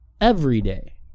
everyday